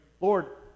Lord